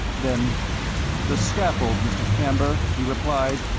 then the scaffold, mr. camber, he replied,